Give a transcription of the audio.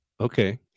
Okay